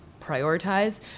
prioritize